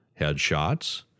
headshots